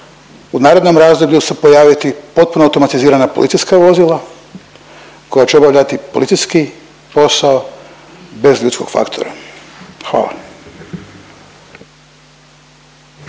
u narednom razdoblju se pojaviti potpuno automatizirana policijska vozila koja će obavljati policijski posao bez ljudskog faktora? Hvala.